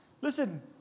Listen